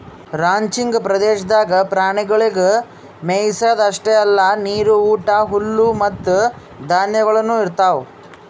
ranching ಪ್ರದೇಶದಾಗ್ ಪ್ರಾಣಿಗೊಳಿಗ್ ಮೆಯಿಸದ್ ಅಷ್ಟೆ ಅಲ್ಲಾ ನೀರು, ಊಟ, ಹುಲ್ಲು ಮತ್ತ ಧಾನ್ಯಗೊಳನು ಇರ್ತಾವ್